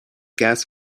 gas